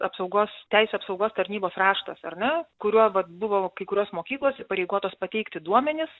apsaugos teisių apsaugos tarnybos raštas ar ne kuriuo vat buvo kai kurios mokyklos įpareigotos pateikti duomenis